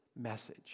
message